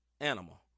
animal